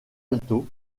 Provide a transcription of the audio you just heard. alto